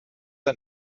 ein